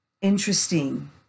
Interesting